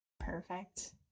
Perfect